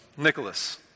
Nicholas